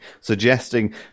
suggesting